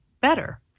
better